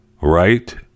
Right